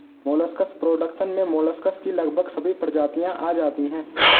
molluscs production में molluscs की लगभग सभी प्रजातियां आ जाती हैं